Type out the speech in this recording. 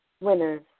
Winners